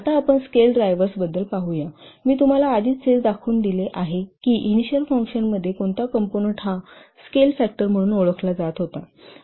आता आपण scale drivers बद्दल पाहूया मी तुम्हाला आधीच हे दाखवून दिले आहे की इनिशिअल फंक्शनमध्ये कोणता कंपोनंन्ट हा स्केल फॅक्टर म्हणून ओळखला जात होता